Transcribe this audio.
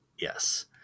Yes